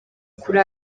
kuri